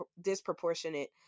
disproportionate